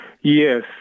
Yes